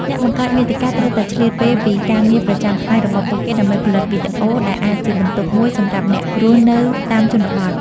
អ្នកបង្កើតមាតិកាត្រូវតែឆ្លៀតពេលពីការងារប្រចាំថ្ងៃរបស់ពួកគេ ដើម្បីផលិតវីដេអូ ដែលអាចជាបន្ទុកមួយសម្រាប់អ្នករស់នៅតាមជនបទ។